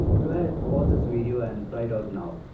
go ahead, pause this video and try it out now.